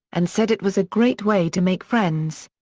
and said it was a great way to make friends.